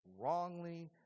wrongly